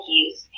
use